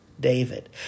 David